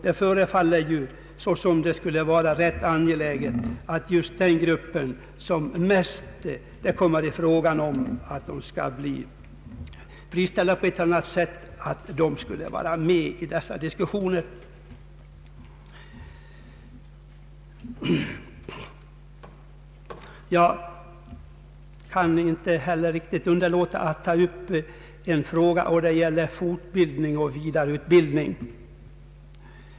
Det förefaller dock rätt angeläget att just den grupp som är mest aktuell i fråga om friställning på ett eller annat sätt borde vara med vid dessa diskussioner. Jag kan inte heller underlåta att ta upp en annan fråga. Den gäller fortbildning och vidareutbildning.